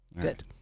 Good